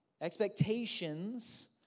Expectations